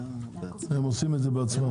הם עושים את זה בעצמם.